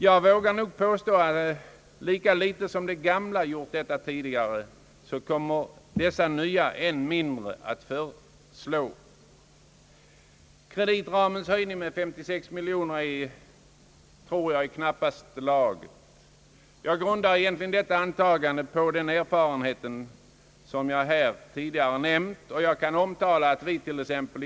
Jag vågar påstå att lika litet som de gamla gjort det kommer dessa nya ramar att förslå. Kreditramens höjning med 56 miljoner tror jag är i knappaste laget. Jag grundar detta antagande på den erfarenhet av arbetet i en lantbruksnämnd som jag tidigare nämnt.